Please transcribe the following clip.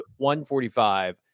145